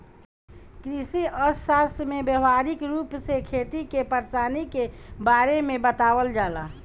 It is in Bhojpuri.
कृषि अर्थशास्त्र में व्यावहारिक रूप से खेती के परेशानी के बारे में बतावल जाला